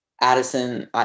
Addison